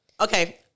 okay